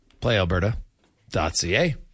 PlayAlberta.ca